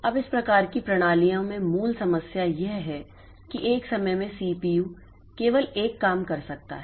अब इस प्रकार की प्रणालियां में मूल समस्या यह है कि एक समय में सीपीयू केवल एक काम कर सकता है